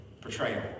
portrayal